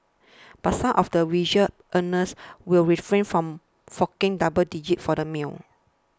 but some of the visual earners will refrain from forking double digits for the meal